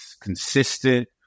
consistent